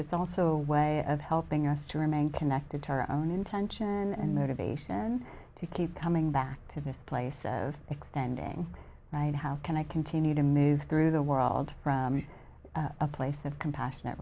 also a way of helping us to remain connected to our own intention and motivation to keep coming back to this place of extending right how can i continue to move through the world from a place of compassion at